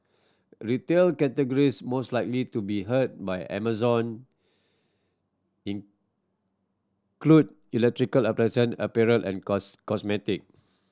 retail categories most likely to be hurt by Amazon include electrical appliance apparel and cos cosmetics